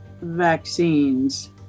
vaccines